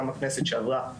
גם בכנסת שעברה,